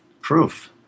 proof